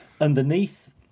Underneath